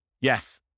Yes